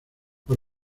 por